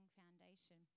foundation